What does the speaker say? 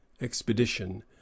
expedition